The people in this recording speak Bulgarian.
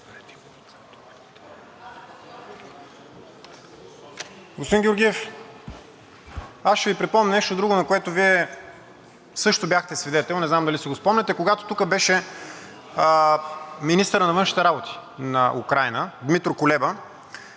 Господин Георгиев, аз ще Ви припомня нещо друго, на което Вие също бяхте свидетел – не знам дали си го спомняте, когато тук беше министърът на външните работи на Украйна Дмитро Кулеба.